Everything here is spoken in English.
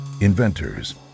inventors